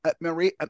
Marie